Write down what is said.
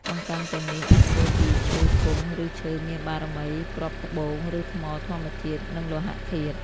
អង្កាំទាំងនេះអាចធ្វើពីឈើគង់ ឬឈើមានបារមី គ្រាប់ត្បូង ឬថ្មធម្មជាតិ និងលោហៈធាតុ។